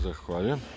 Zahvaljujem.